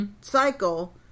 Cycle